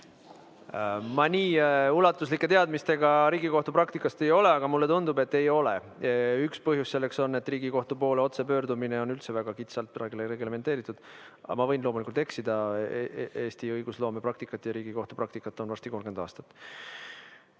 Ma nii ulatuslike Riigikohtu praktika teadmistega ei ole, aga mulle tundub, et ei ole. Üks põhjus on, et Riigikohtu poole otse pöördumine on üldse väga kitsalt reglementeeritud. Aga ma võin eksida. Eesti õigusloome praktikat ja Riigikohtu praktikat on varsti 30 aastat.